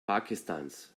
pakistans